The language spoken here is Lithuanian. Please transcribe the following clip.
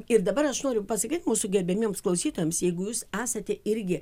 ir dabar aš noriu pasakyt mūsų gerbiamiems klausytojams jeigu jūs esate irgi